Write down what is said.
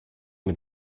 mit